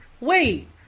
Wait